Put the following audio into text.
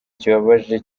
kibabaje